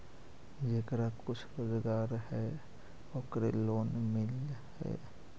जेकरा कुछ रोजगार है ओकरे लोन मिल है?